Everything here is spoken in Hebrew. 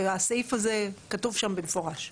הסעיף הזה, כתוב שם במפורש.